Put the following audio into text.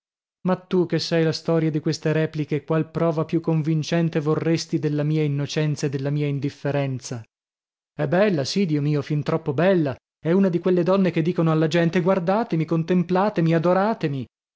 ma tu che sai la storia di queste repliche qual prova più convincente vorresti della mia innocenza e della mia indifferenza è bella sì dio mio fin troppo bella è una di quelle donne che dicono alla gente guardatemi contemplatemi adoratemi